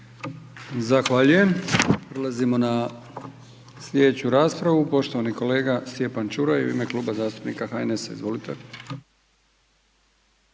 Zahvaljujem. Prelazimo na slijedeću raspravu. Poštovani kolega Stjepan Čuraj u ime Kluba zastupnika HNS-a, izvolite.